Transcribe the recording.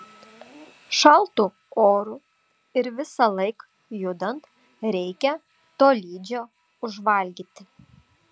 šaltu oru ir visąlaik judant reikia tolydžio užvalgyti